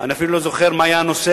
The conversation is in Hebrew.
אני אפילו לא זוכר מה היה הנושא,